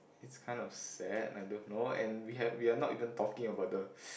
is kind of sad I don't know and we have we are not even talking about the